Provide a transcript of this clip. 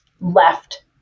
left